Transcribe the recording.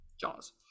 Jaws